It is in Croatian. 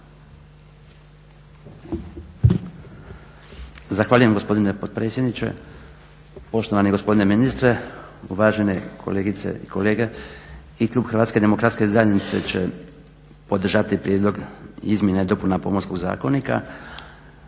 Zahvaljujem gospodine potpredsjedniče, poštovani gospodine ministre, uvažene kolegice i kolege. I klub hrvatske demokratske zajednice će podržati prijedlog izmjena i dopuna Pomorskog zakonika.